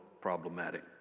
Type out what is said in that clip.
problematic